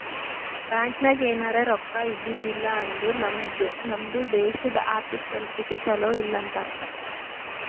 bank ನಾಗ್ ಎನಾರೇ ರೊಕ್ಕಾ ಇದ್ದಿದ್ದಿಲ್ಲ ಅಂದುರ್ ನಮ್ದು ದೇಶದು ಆರ್ಥಿಕ್ ಪರಿಸ್ಥಿತಿ ಛಲೋ ಇಲ್ಲ ಅಂತ ಅರ್ಥ